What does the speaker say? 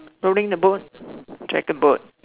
pulling the boat dragon boat